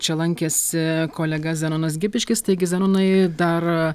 čia lankėsi kolega zenonas gipiškis taigi zenonai dar